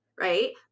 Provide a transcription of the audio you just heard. Right